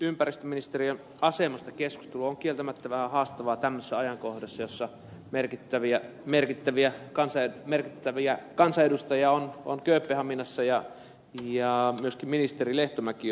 ympäristöministeriön asemasta keskustelu on kieltämättä vähän haastavaa tämmöisessä ajankohdassa jossa merkittäviä kansanedustajia on kööpenhaminassa myöskin ministeri lehtomäki